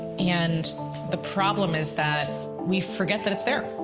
and the problem is that we forget that it's there.